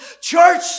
Church